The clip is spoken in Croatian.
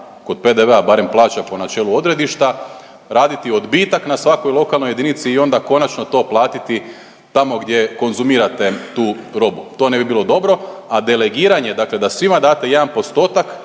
kod PDV-a barem plaća po načelu odredišta raditi odbitak na svakoj lokalnoj jedinici i onda konačno to platiti tamo gdje konzumirate tu robu. To ne bi bilo dobro, a delegiranje dakle da svima date jedan postotak